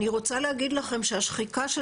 אני רוצה להגיד לכם שגם השחיקה של